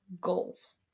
Goals